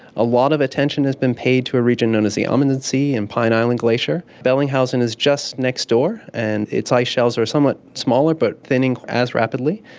a lot of attention has been paid to a region known as the amundsen sea and pine island glacier. bellingshausen is just next door and its ice shelves are somewhat smaller but thinning as rapidly,